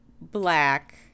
Black